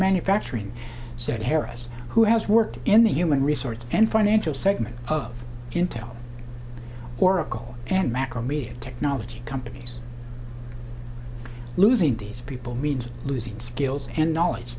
manufacturing said harris who has worked in the human resource and financial segment of intel oracle and macromedia technology companies losing these people means losing skills and knowledge